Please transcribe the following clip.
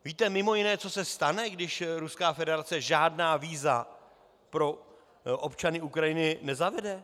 Víte mimo jiné, co se stane, když Ruská federace žádná víza pro občany Ukrajiny nezavede?